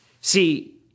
See